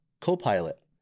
co-pilot